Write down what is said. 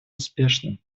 успешно